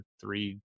three